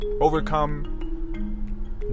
overcome